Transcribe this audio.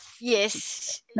Yes